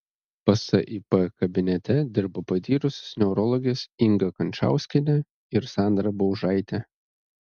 psip kabinete dirba patyrusios neurologės inga kančauskienė ir sandra baužaitė